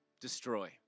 destroy